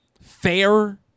fair